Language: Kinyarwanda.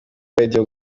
radio